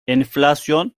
enflasyon